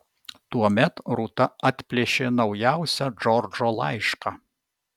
tuomet rūta atplėšė naujausią džordžo laišką